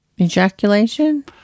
ejaculation